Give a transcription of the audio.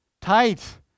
tight